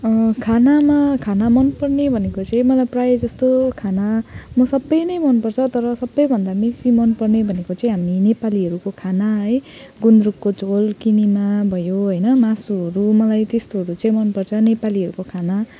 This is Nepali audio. खानामा खाना मनपर्ने भनेको चाहिँ मलाई प्रायःजस्तो खाना म सबै नै मनपर्छ तर सबैभन्दा बेसी मनपर्ने भनेको चाहिँ हामी नेपालीहरूको खाना है गुन्द्रुकको झोल किनेमा भयो होइन मासुहरू मलाई त्यस्तोहरू चाहिँ मनपर्छ नेपालीहरूको खाना